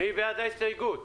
מי בעד ההסתייגות?